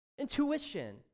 intuition